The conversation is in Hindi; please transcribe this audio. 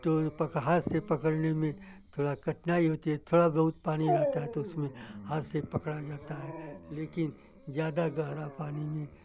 तो पक हाथ से पकड़ने में थोड़ी कठिनाई होती है थोड़ा बहुत पानी रहता है तो उसमें हाथ से पकड़ा जाता है लेकिन ज़्यादा गहरे पानी में